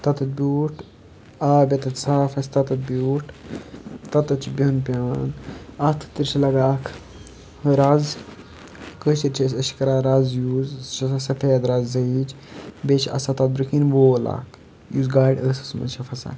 تَتیٚتھ بیوٹھ آب یَتَتھ صاف آسہِ تَتیٚتھ بیوٹھ تَتَتھ چھُ بِہُن پیٚوان اَتھ تہِ چھِ لَگان اَکھ رَز کٲشِر چھِ أسۍ أسۍ چھِ کَران رَز یوٗز سُہ چھِ آسان سفید رَز زٲیج بیٚیہِ چھِ آسان تَتھ برہنٛکِنۍ وول اَکھ یُس گاڑِ ٲسَس منٛز چھِ پھَسان